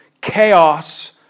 chaos